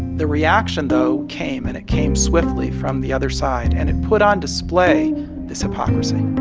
the reaction, though, came. and it came swiftly from the other side, and it put on display this hypocrisy